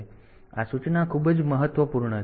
તેથી આ સૂચના ખૂબ જ મહત્વપૂર્ણ છે